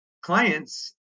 clients